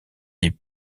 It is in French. des